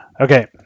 Okay